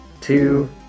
Two